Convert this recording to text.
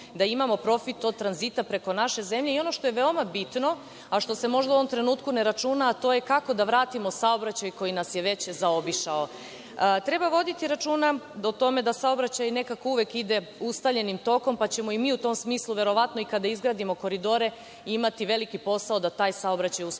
da imamo profit od tranzita preko naše zemlje. Ono što je veoma bitno, a što se možda u ovom trenutku ne računa, to je – kako da vratimo saobraćaj koji nas je već zaobišao? Treba voditi računa o tome da saobraćaj nekako uvek ide ustaljenim tokom, pa ćemo i mi u tom smislu, verovatno, i kada izgradimo koridore, imati veliki posao da taj saobraćaj usmerimo